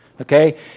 Okay